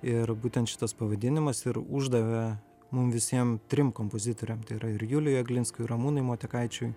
ir būtent šitas pavadinimas ir uždavė mum visiem trim kompozitoriam tai yra ir juliui aglinskui ir ramūnui motiekaičiui